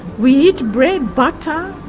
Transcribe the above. we eat bread, but